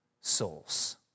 souls